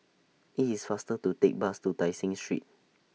IT IS faster to Take Bus to Tai Seng Street